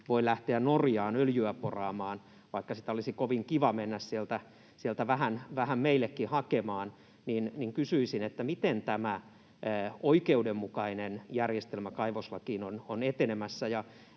voi lähteä Norjaan öljyä poraamaan, vaikka sitä olisi kovin kiva mennä sieltä vähän meillekin hakemaan. Siksi kysyisin: miten tämä oikeudenmukainen järjestelmä kaivoslakiin on etenemässä,